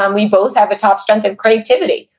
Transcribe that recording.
um we both have a top strength of creativity.